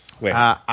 Wait